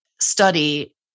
study